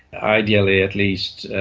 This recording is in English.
ideally at least,